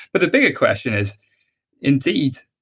but the bigger question is indeed